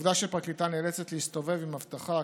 העובדה שפרקליטה נאלצת להסתובב עם אבטחה,